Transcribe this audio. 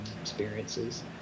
experiences